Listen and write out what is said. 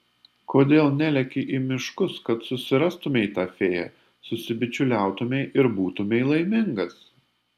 kodėl neleki į miškus kad susirastumei tą fėją susibičiuliautumei ir būtumei laimingas